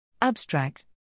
Abstract